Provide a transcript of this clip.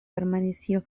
permaneció